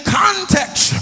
context